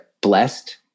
blessed